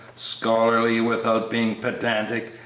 scholarly without being pedantic,